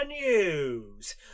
news